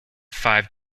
five